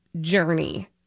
Journey